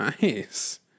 nice